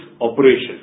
operation